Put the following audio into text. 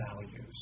values